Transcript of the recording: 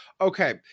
okay